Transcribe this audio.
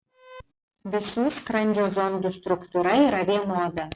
visų skrandžio zondų struktūra yra vienoda